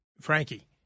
Frankie